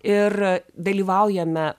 ir dalyvaujame